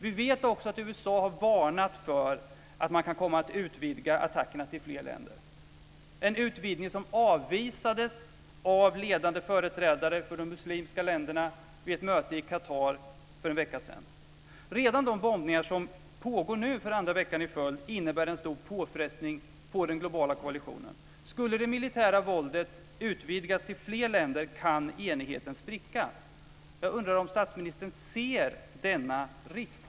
Vi vet också att USA har varnat för att man kan komma att utvidga attackerna till fler länder - en utvidgning som avvisades av ledande företrädare för de muslimska länderna vid ett möte i Katar för en vecka sedan. Redan de bombningar som nu pågår andra veckan i följd innebär en stor påfrestning på den globala koalitionen. Skulle det militära våldet utvidgas till fler länder kan enigheten spricka. Jag undrar om statsministern ser denna risk.